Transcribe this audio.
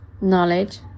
knowledge